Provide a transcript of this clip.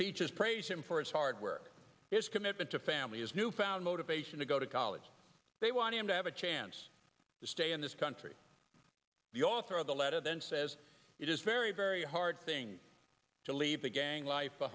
teachers praise him for his hard work his commitment to family his newfound motivation to go to college they want him to have a chance to stay in this country the author of the letter then says it is very very hard thing to leave the gang life